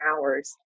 hours